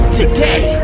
today